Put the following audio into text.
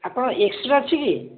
ଆପଣ ଅଛି କି